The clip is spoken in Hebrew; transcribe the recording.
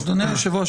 אדוני היושב-ראש,